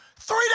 Three